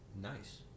nice